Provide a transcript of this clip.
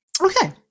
Okay